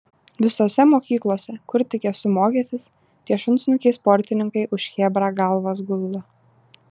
visose mokyklose kur tik esu mokęsis tie šunsnukiai sportininkai už chebrą galvas guldo